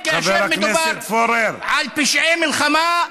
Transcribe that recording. כאשר מדובר על פשעי מלחמה,